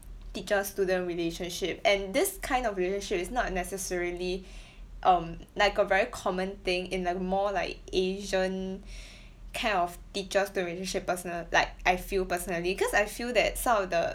teacher-student relationship and this kind of relationship is not necessarily um like a very common thing in a more like asian kind of teacher-student relationship personal~ like I feel personally cause I feel that some of the